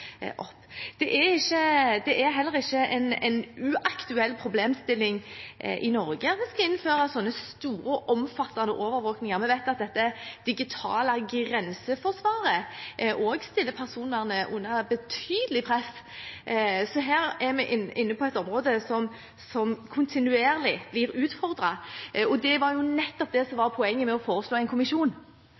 opp. Det er heller ikke en uaktuell problemstilling i Norge at vi skal innføre sånne store og omfattende overvåkninger. Vi vet at dette digitale grenseforsvaret også stiller personvernet under betydelig press, så her er vi inne på et område som kontinuerlig blir utfordret. Det var jo nettopp det som var poenget med å foreslå en kommisjon.